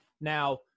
now